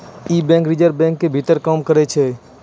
इ bank reserve बैंको के भीतर काम करै छै